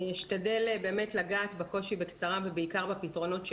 אני אשתדל לגעת בקושי בקצרה ובעיקר בפתרונות שלנו.